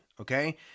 okay